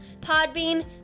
Podbean